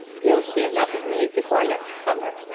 you'll see enough of me before next summer.